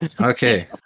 Okay